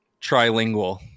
Trilingual